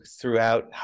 throughout